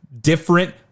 different